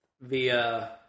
via